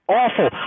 awful